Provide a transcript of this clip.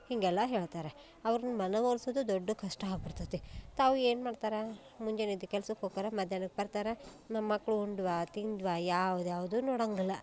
ಹೀಗೆಲ್ಲ ಹೇಳ್ತಾರೆ ಅವ್ರನ್ನ ಮನ ಒಲಿಸೋದು ದೊಡ್ಡ ಕಷ್ಟ ಆಗಿಬಿಡ್ತೈತಿ ತಾವು ಏನು ಮಾಡ್ತಾರೆ ಮುಂಜಾನೆ ಎದ್ದು ಕೆಲ್ಸಕ್ಕೆ ಹೋಕಾರ ಮಧ್ಯಾನಕ್ಕೆ ಬರ್ತಾರೆ ನಮ್ಮ ಮಕ್ಕಳು ಉಂಡವಾ ತಿಂದವಾ ಯಾವುದು ಯಾವುದೂ ನೋಡೋಂಗಿಲ್ಲ